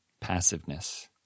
Passiveness